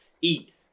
eat